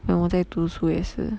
then 我在读书也是